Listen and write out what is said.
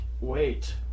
wait